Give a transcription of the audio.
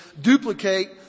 duplicate